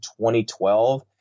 2012